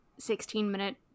16-minute